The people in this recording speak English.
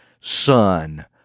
Son